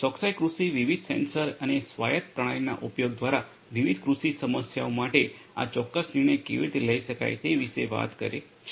ચોકસાઇ કૃષિ વિવિધ સેન્સર અને સ્વાયત પ્રણાલીના ઉપયોગ દ્વારા વિવિધ કૃષિ સમસ્યાઓ માટે ચોક્કસ નિર્ણય કેવી રીતે લઈ શકાય તે વિશે વાત કરે છે